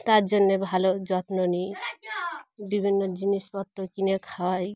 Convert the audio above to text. তার জন্যে ভালো যত্ন নিই বিভিন্ন জিনিসপত্র কিনে খাওয়াই